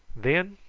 then?